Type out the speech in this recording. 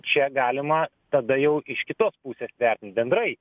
čia galima tada jau iš kitos pusės vertint bendrai